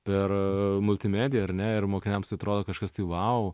per multimediją ar ne ir mokiniams atrodo kažkas tai vou